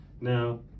Now